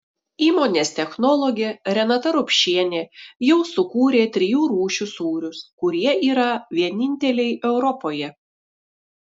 įmonės technologė renata rupšienė jau sukūrė trijų rūšių sūrius kurie yra vieninteliai europoje